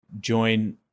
join